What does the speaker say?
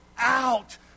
out